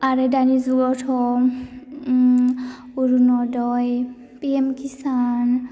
आरो दानि जुगावथ' अरुन'दय पिएम किसान